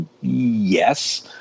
Yes